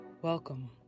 Welcome